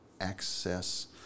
access